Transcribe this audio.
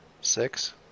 Six